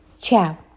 Ciao